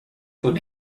would